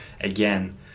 again